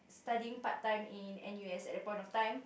studying part time in N_U_S at that point of time